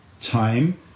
time